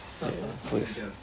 Please